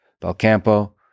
Belcampo